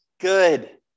Good